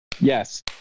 Yes